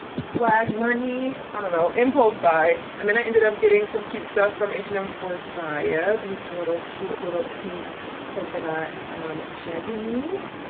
swag money. i don't know, impulse buy. and then i ended up getting some cute stuff from h and m for zaja, these little cute little pink polka dot jeggings.